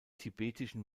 tibetischen